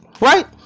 right